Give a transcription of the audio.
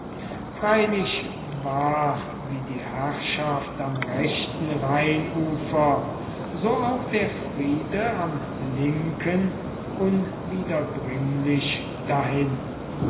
freilich war wie die herrschaft am rechten rheinufer so auch der friede am linken unwiderbringlich dahin